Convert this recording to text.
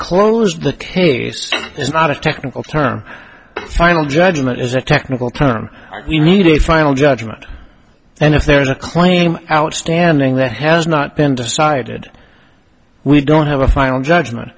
close the case it's not a technical term final judgment is a technical term we need a final judgment and if there is a claim outstanding that has not been decided we don't have a final judgment